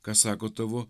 ką sako tavo